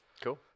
Cool